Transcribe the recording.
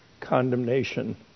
condemnation